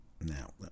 Now